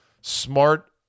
smart